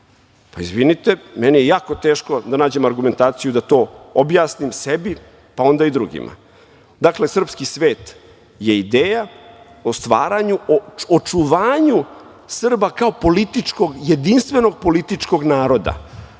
Srbije. Izvinite, meni je jako teško da nađem argumentaciju da to objasnim sebi, pa onda i drugima. Dakle, srpski svet je ideja o stvaranju, o očuvanju Srba kao jedinstvenog političkog naroda,